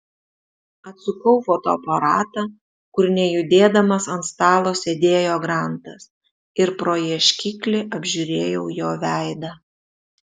atsukau fotoaparatą kur nejudėdamas ant stalo sėdėjo grantas ir pro ieškiklį apžiūrėjau jo veidą